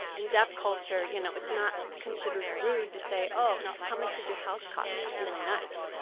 in deaf culture you know it's not considered rude to say, oh, how much did your house cost? it's really nice.